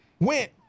went